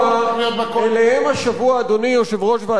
אדוני יושב-ראש ועדת החוץ והביטחון של הכנסת,